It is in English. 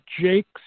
Jake's